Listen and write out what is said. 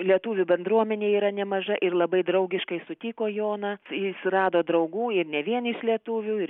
lietuvių bendruomenė yra nemaža ir labai draugiškai sutiko joną jis rado draugų ir ne vien iš lietuvių ir